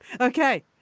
Okay